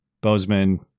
Bozeman